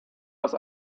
das